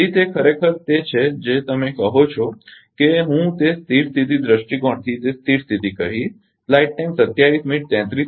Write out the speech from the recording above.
તેથી તે ખરેખર તે છે જે તમે કહો છો કે હું તે સ્થિર સ્થિતી દૃષ્ટિકોણથી તે સ્થિર સ્થિતી કહીશ